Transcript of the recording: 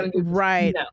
Right